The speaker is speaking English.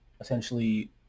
essentially